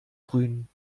grün